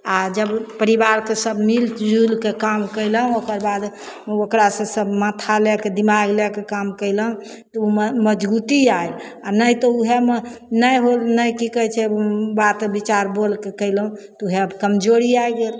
आओर जब परिवारके सब मिलिजुलिके काम कएलहुँ ओकरबाद ओ ओकरासे सब माथा लैके दिमाग लैके काम कएलहुँ तऽ ओ मजगूती आएत आओर नहि तऽ वएहमे नहि होल नहि कि कहै छै बात विचार बोलिके कएलहुँ तऽ वएह तऽ कमजोरी आ गेल